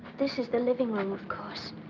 this is the living, um of course.